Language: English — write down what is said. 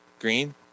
Green